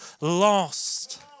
lost